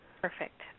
Perfect